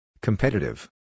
Competitive